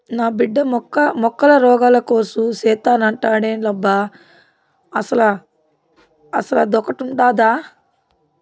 నా బిడ్డ మొక్కల రోగాల కోర్సు సేత్తానంటాండేలబ్బా అసలదొకటుండాదా